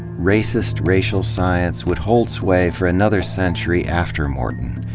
racist racial science would hold sway for another century after morton.